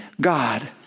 God